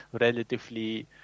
relatively